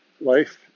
life